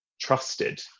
trusted